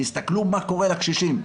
תסתכלו מה קורה לקשישים,